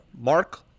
Mark